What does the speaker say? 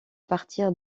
partir